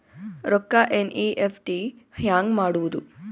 ರೊಕ್ಕ ಎನ್.ಇ.ಎಫ್.ಟಿ ಹ್ಯಾಂಗ್ ಮಾಡುವುದು?